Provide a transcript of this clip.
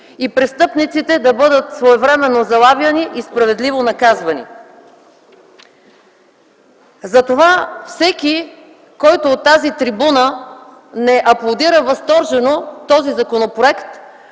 и престъпниците да бъдат своевременно залавяни и справедливо наказвани. Всеки, който от тази трибуна не аплодира възторжено този законопроект,